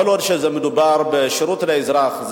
כל עוד מדובר בשירות לאזרח,